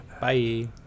bye